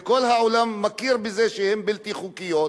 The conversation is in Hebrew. וכל העולם מכיר בזה שהן בלתי חוקיות,